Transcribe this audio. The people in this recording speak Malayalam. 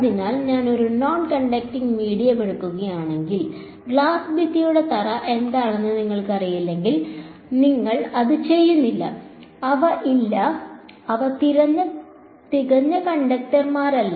അതിനാൽ ഞാൻ ഒരു നോൺ കണ്ടക്റ്റിംഗ് മീഡിയം എടുക്കുകയാണെങ്കിൽ ഗ്ലാസ് ഭിത്തിയുടെ തറ എന്താണെന്ന് നിങ്ങൾക്കറിയില്ലെങ്കിൽ നിങ്ങൾ അത് ചെയ്യുന്നില്ല അവ ഇല്ല അവ തികഞ്ഞ കണ്ടക്ടർമാരല്ല